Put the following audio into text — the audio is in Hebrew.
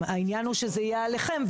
העניין הוא שזה יהיה עליכם,